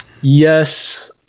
Yes